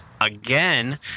again